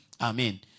Amen